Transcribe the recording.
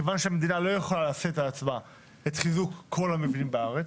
מכיוון שהמדינה לא יכולה לשאת על עצמה את חיזוק כל המבנים בארץ,